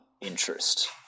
interest